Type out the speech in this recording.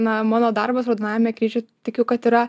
na mano darbas raudonajame kryžiuj tikiu kad yra